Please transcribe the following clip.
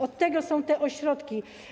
Od tego są te ośrodki.